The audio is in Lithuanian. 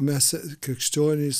mes krikščionys